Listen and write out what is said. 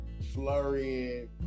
flurrying